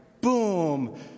boom